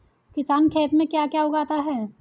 किसान खेत में क्या क्या उगाता है?